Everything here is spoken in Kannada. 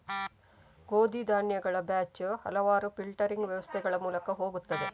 ಗೋಧಿ ಧಾನ್ಯಗಳ ಬ್ಯಾಚ್ ಹಲವಾರು ಫಿಲ್ಟರಿಂಗ್ ವ್ಯವಸ್ಥೆಗಳ ಮೂಲಕ ಹೋಗುತ್ತದೆ